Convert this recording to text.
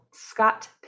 scott